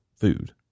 food